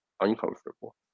uncomfortable